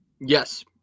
Yes